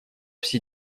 все